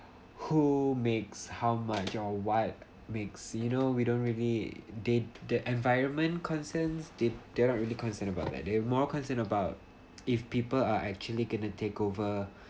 who makes how much or what makes you know we don't really dat~ the environment concerns that they are really concerned about that they're more concerned about if people are actually gonna takeover